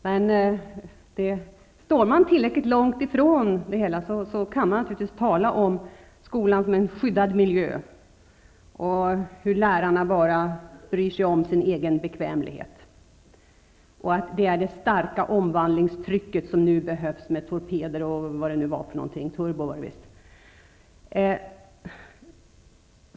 Men står man tillräckligt långt ifrån det hela kan man naturligtvis tala om skolan som en skyddad miljö, om hur lärarna bara bryr sig om sin egen bekvämlighet och om det starka omvandlingstryck ''med turbo'' som nu behövs.